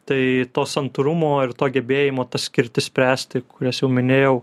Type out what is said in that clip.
tai to santūrumo ir to gebėjimo skirtis spręst tai kurias jau minėjau